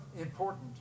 important